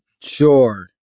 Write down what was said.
Sure